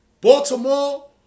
Baltimore